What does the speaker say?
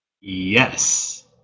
yes